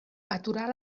aturar